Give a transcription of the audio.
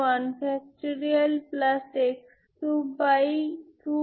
সুতরাং 1 ইতিমধ্যে এখানে n সমান 1 এর সাথে করেস্পন্ডিং